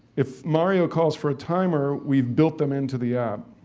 if mario calls for a timer, we've built them into the app.